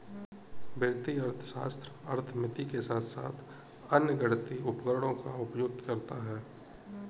वित्तीय अर्थशास्त्र अर्थमिति के साथ साथ अन्य गणितीय उपकरणों का उपयोग करता है